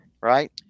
right